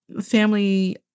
family